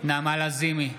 נעמה לזימי,